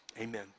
amen